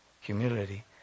Humility